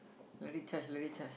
let it charge let it charge